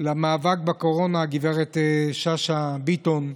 למאבק בקורונה הגב' שאשא ביטון.